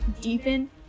deepen